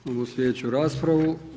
Imamo sljedeću raspravu.